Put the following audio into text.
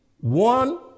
one